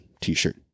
t-shirt